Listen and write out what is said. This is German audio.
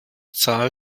zahl